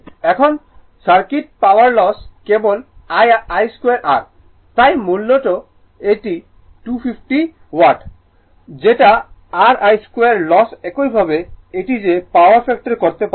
এখন circuit power loss কেবল I 2 R তাই মূলত এটি 250 ওয়াট হবে যেটা r I 2 লস একইভাবে এটি যে পাওয়ার ফ্যাক্টর করতে পারে